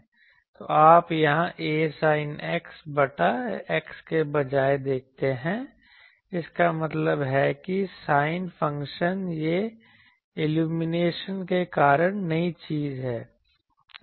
तो आप यहाँ a sin X बटा X के बजाय देखते हैं इसका मतलब है कि साइन फंक्शन यह इल्यूमिनेशन के कारण नई चीज है